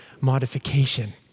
modification